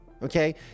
Okay